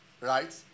right